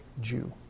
Jew